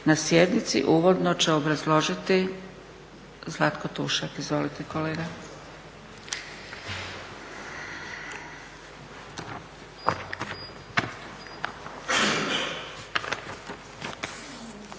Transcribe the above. na sjednici. Uvodno će obrazložiti Zlatko Tušak. Izvolite kolega.